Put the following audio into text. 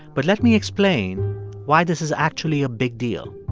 but let me explain why this is actually a big deal.